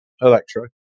Electro